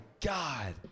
god